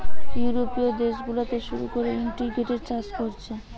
ইউরোপীয় দেশ গুলাতে শুরু কোরে ইন্টিগ্রেটেড চাষ কোরছে